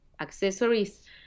accessories